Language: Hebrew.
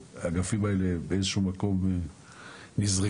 שלמען ההשוואה רק כדי להבין כמה עלייה הייתה